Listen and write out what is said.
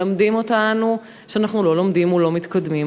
מלמדים אותנו שאנחנו לא לומדים ולא מתקדמים.